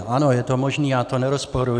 Ano, je to možné, já to nerozporuji.